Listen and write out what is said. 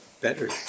better